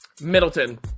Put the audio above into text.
Middleton